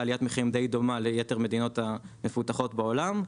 עליית מחירים די דומה ליתר המדינות המפותחות בעולם,